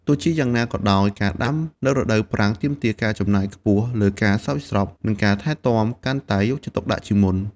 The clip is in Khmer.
ទោះជាយ៉ាងណាក៏ដោយ ការដាំនៅរដូវប្រាំងទាមទារ ការចំណាយខ្ពស់លើការស្រោចស្រព និងការថែទាំកាន់តែយកចិត្តទុកដាក់ជាងមុន។